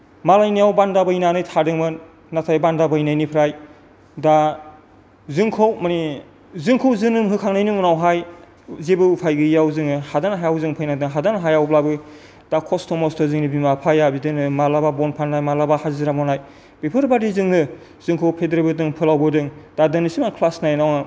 मालायनियाव बान्दा बैनानै थादोंमोन नाथाय बान्दा बैनायनिफ्राय दा जोंखौ माने जोंखौ जोनोम होखांनायनि उनावहाय जेबो उफाय गैयियाव जोङो हादान हायाव जों फैनांदों हादान हायावब्लाबो दा खस्त' मस्त' जोंनि बिमा बिफाया बिदिनो माब्लाबा बन फाननाय माब्लाबा हाजिरा मावनाय बेफोर बायदिजोंनो जोंखौ फेदेरबोदों फोलावबोदों दा दिनैसिम आं क्लास नाइनाव